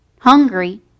hungry